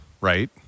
right